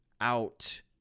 out